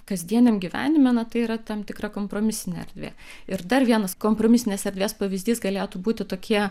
kasdieniam gyvenime na tai yra tam tikra kompromisinė erdvė ir dar vienas kompromisinės erdvės pavyzdys galėtų būti tokie